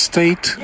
State